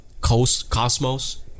cosmos